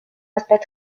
aspect